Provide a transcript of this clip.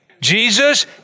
Jesus